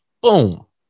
boom